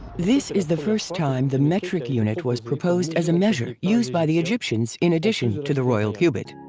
this is the first time the metric unit was proposed as a measure used by the egyptians in addition to the royal cubit.